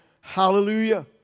hallelujah